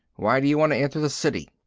why do you want to enter the city?